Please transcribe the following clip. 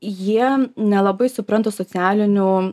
jie nelabai supranta socialinių